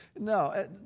No